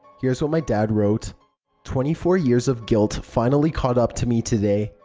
here's what my dad wrote twenty-four years of guilt finally caught up to me today.